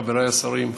חבריי השרים,